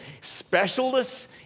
specialists